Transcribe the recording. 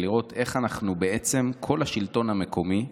לראות איך בעצם כל השלטון המקומי,